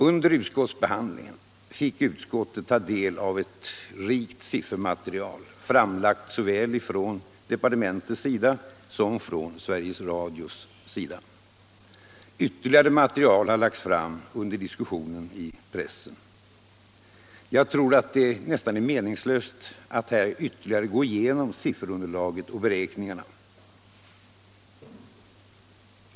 Under utskottsbehandlingen fick vi ta del av ett rikt siffermaterial, framlagt av såväl departementet som Sveriges Radio. Ytterligare material har lagts fram under diskussionen i pressen. Jag tror att det är meningslöst att här ytterligare gå igenom sifferunderlaget och beräkningarna.